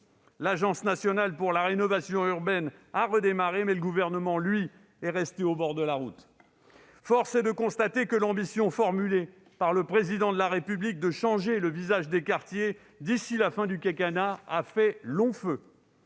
signe patent d'un manque de vision. L'ANRU a redémarré, mais le Gouvernement, lui, est resté au bord de la route. Force est de constater que l'ambition formulée par le Président de la République- changer le visage des quartiers d'ici à la fin du quinquennat -a fait long feu.